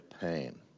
pain